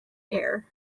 air